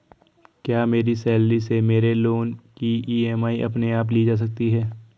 क्या मेरी सैलरी से मेरे लोंन की ई.एम.आई अपने आप ली जा सकती है?